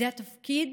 זה התפקיד